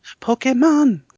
Pokemon